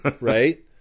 Right